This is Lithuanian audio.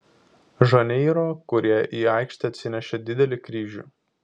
žaneiro kurie į aikštę atsinešė didelį kryžių